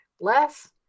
less